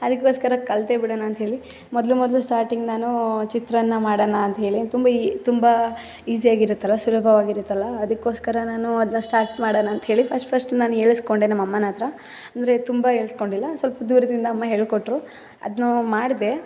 ಅದಕ್ಕೋಸ್ಕರ ಕಲಿತೇ ಬಿಡೋಣ ಅಂಥೇಳಿ ಮೊದಲು ಮೊದಲು ಸ್ಟಾರ್ಟಿಂಗ್ ನಾನೂ ಚಿತ್ರಾನ್ನ ಮಾಡೋಣ ಅಂಥೇಳಿ ತುಂಬ ಈ ತುಂಬ ಈಝಿಯಾಗಿರುತ್ತಲ್ಲ ಸುಲಭವಾಗಿರುತ್ತಲ್ಲ ಅದಕ್ಕೋಸ್ಕರ ನಾನು ಅದನ್ನ ಸ್ಟಾರ್ಟ್ ಮಾಡೋಣ ಅಂಥೇಳಿ ಫರ್ಸ್ಟ್ ಫರ್ಸ್ಟ್ ನಾನು ಹೇಳಿಸ್ಕೊಂಡೆ ನಮ್ಮ ಅಮ್ಮನ ಹತ್ರ ಅಂದರೆ ತುಂಬ ಹೇಳಿಸ್ಕೊಂಡಿಲ್ಲ ಸ್ವಲ್ಪ ದೂರದಿಂದ ಅಮ್ಮ ಹೇಳಿಕೊಟ್ರು ಅದನ್ನೋ ಮಾಡಿದೆ